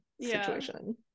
situation